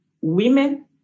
women